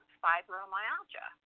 fibromyalgia